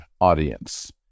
audience